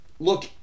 Look